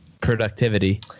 productivity